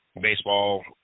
Baseball